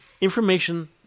information